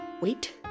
wait